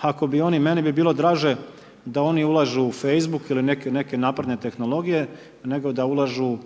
ako bi oni, meni bi bilo draže da oni ulažu u Facebook ili neke naporne tehnologije, nego da ulažu